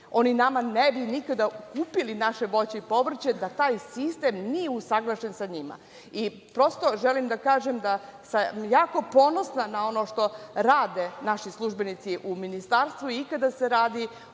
Oni nama ne bi nikada kupili naše voće i povrće da taj sistem nije usaglašen sa njima. Prosto, želim da kažem da sam jako ponosna na ono što rade naši službenici u ministarstvu, i kada se radi